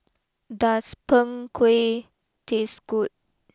does Png Kueh taste good